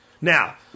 Now